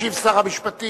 ישיב שר המשפטים.